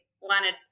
wanted